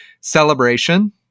celebration